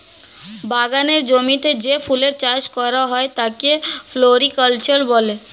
বাগানের জমিতে যে ফুলের চাষ করা হয় তাকে ফ্লোরিকালচার বলে